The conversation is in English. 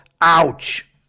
Ouch